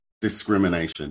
discrimination